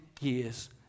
years